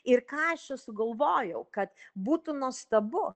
ir ką aš čia sugalvojau kad būtų nuostabu